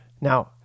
Now